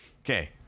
Okay